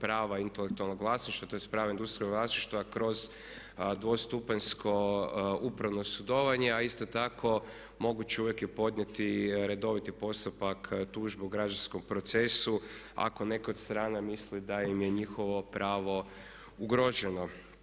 prava intelektualnog vlasništva, tj. prava industrijskog vlasništva kroz dvostupanjsko upravno sudovanje a isto tako moguće je uvijek i podnijeti redoviti postupak tužbu u građanskom procesu ako neka od strana misli da im je njihovo pravo ugroženo.